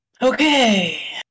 Okay